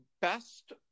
best